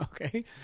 Okay